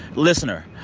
listener,